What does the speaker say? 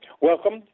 welcome